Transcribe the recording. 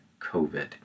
COVID